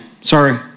Sorry